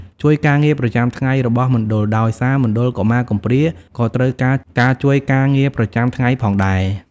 ជួយការងារប្រចាំថ្ងៃរបស់មណ្ឌល ដោយសារមណ្ឌលកុមារកំព្រាក៏ត្រូវការការជួយការងារប្រចាំថ្ងៃផងដែរ។